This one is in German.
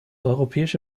europäische